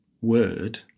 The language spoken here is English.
word